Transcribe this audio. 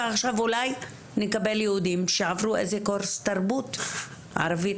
ועכשיו אולי נקבל יהודים שעברו איזה קורס תרבות ערבית.